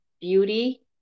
Beauty